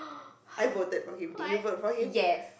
I voted for him did you vote for him